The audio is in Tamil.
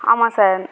ஆமாம் சார்